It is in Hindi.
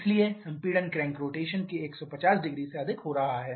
इसलिए संपीड़न क्रैंक रोटेशन के 1500 से अधिक हो रहा है